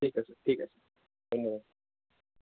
ঠিক আছে ঠিক আছে ধন্যবাদ